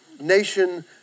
nation